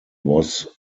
was